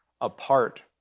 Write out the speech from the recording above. apart